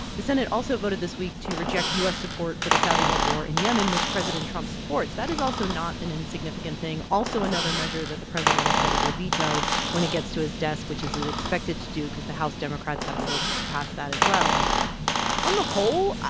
the senate also voted this week to reject u s. support for the saudi-led war in yemen, which president trump supports. that is also not an insignificant thing, also another measure that the president has said he will veto when it gets to his desk, which is is expected to do because the house democrats have the votes to pass that as well on the whole,